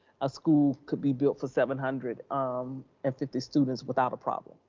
a school could be built for seven hundred um and fifty students without a problem.